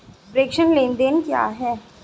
प्रेषण लेनदेन क्या है?